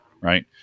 Right